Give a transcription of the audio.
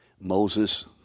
Moses